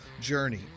journey